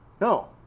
No